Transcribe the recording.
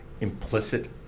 implicit